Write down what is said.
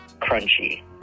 crunchy